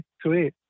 Sweet